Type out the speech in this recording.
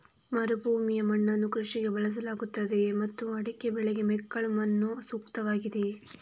ಮರುಭೂಮಿಯ ಮಣ್ಣನ್ನು ಕೃಷಿಗೆ ಬಳಸಲಾಗುತ್ತದೆಯೇ ಮತ್ತು ಅಡಿಕೆ ಬೆಳೆಗೆ ಮೆಕ್ಕಲು ಮಣ್ಣು ಸೂಕ್ತವಾಗಿದೆಯೇ?